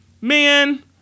man